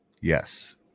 Yes